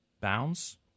bounds